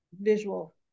visual